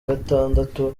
gatandatu